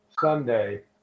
Sunday